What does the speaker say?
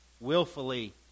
willfully